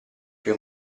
più